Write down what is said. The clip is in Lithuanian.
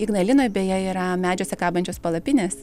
ignalinoj beje yra medžiuose kabančios palapinės